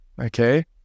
Okay